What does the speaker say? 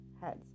heads